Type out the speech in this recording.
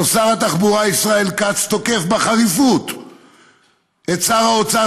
שבה שר התחבורה ישראל כץ תוקף בחריפות את שר האוצר